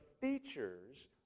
features